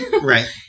right